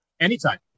Anytime